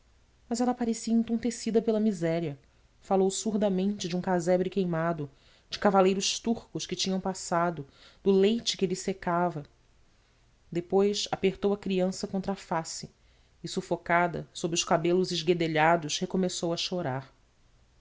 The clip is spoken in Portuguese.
mas ela parecia entontecida pela miséria falou surdamente de um casebre queimado de cavaleiros turcos que tinham passado do leite que lhe secava depois apertou a criança contra a face e sufocada sob os cabelos esguedelhados recomeçou a chorar